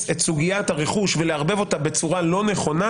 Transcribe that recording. את סוגיית הרכוש ולערבב אותה בצורה לא נכונה,